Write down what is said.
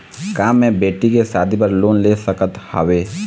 का मैं बेटी के शादी बर लोन ले सकत हावे?